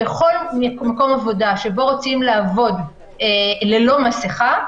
בכל מקום עבודה שבו רוצים לעבוד ללא מסיכה,